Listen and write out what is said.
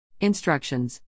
Instructions